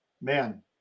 man